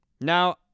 Now